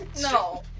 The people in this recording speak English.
no